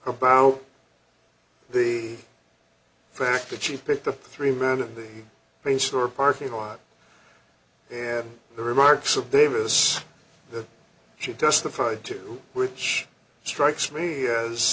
about the fact that she picked the three men in the play store parking lot and the remarks of davis that she testified to which strikes me as